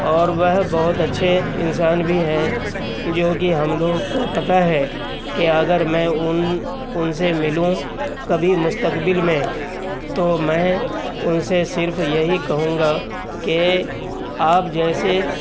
اور وہ بہت اچھے انسان بھی ہیں جوکہ ہم لوگ کو پتہ ہے کہ اگر میں ان ان سے ملوں کبھی مستقبل میں تو میں ان سے صرف یہی کہوں گا کہ آپ جیسے